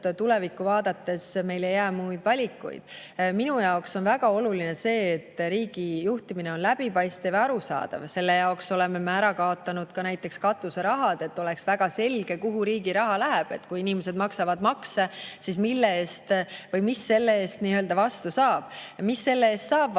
tulevikku vaadates meile ei jää muid valikuid. Minu jaoks on väga oluline see, et riigi juhtimine on läbipaistev ja arusaadav. Selle jaoks oleme me ära kaotanud ka näiteks katuserahad, et oleks väga selge, kuhu riigi raha läheb, et kui inimesed maksavad makse, siis [nad teavad], mis nad selle eest nii-öelda vastu saavad. Riigikaitse,